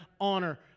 honor